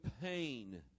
pain